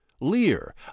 Lear